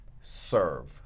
serve